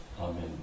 Amen